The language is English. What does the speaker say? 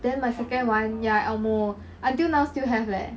then my second [one] ya elmo until now still have leh